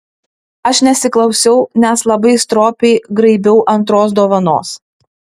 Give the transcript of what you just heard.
aš nesiklausiau nes labai stropiai graibiau antros dovanos